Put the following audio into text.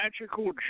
magical